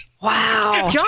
Wow